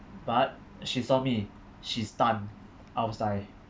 but she saw me she's stunned I was like